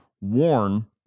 warn